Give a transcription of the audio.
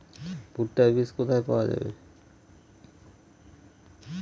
ভুট্টার বিজ কোথায় পাওয়া যাবে?